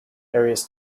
various